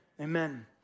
amen